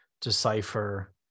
decipher